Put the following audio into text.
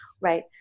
right